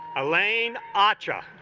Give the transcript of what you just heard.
elaine otra